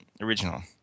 original